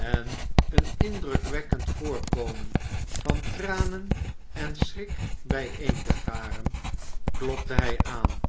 en een indrukwekkend voorkomen van tranen en schrik bijeen te garen klopte hij aan